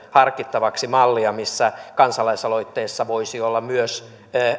harkittavaksi mallia missä kansalaisaloitteessa voisi olla myös